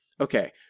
okay